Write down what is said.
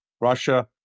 Russia